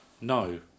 no